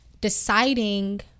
deciding